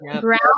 ground